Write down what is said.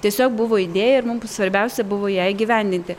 tiesiog buvo idėja ir mum svarbiausia buvo ją įgyvendinti